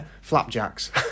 Flapjacks